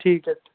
ठीक ऐ